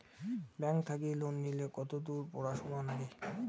Bank থাকি loan নিলে কতদূর পড়াশুনা নাগে?